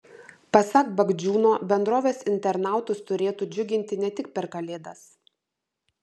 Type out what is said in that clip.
pasak bagdžiūno bendrovės internautus turėtų džiuginti ne tik per kalėdas